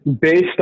based